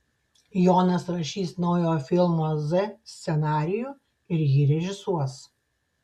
jonas rašys naujojo filmo z scenarijų ir jį režisuos